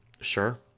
sure